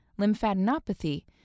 lymphadenopathy